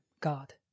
God